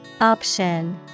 Option